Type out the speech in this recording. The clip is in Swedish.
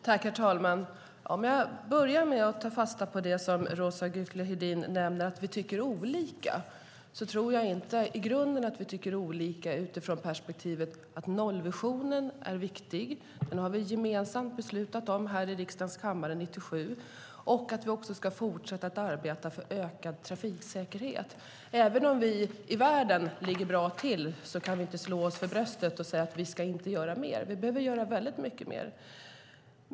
Herr talman! Om jag börjar med att ta fasta på det som Roza Güclü Hedin nämner, att vi tycker olika, tror jag inte i grunden att vi tycker olika utifrån perspektivet att nollvisionen är viktig. Den har vi gemensamt beslutat om här i riksdagens kammare 1997. Vi är också överens om att vi ska fortsätta arbeta för ökad trafiksäkerhet. Även om vi ligger bra till i världen kan vi inte slå oss för bröstet och säga att vi inte ska göra mer. Vi behöver göra väldigt mycket mer.